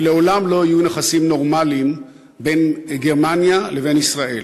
ולעולם לא יהיו יחסים נורמליים בין גרמניה לבין ישראל.